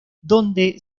donde